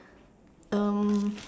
um